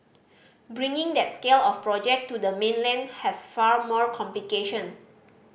bringing that scale of project to the mainland has far more complication